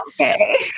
Okay